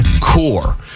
core